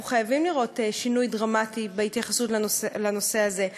אנחנו חייבים לראות שינוי דרמטי בהתייחסות לנושא הזה.